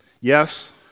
Yes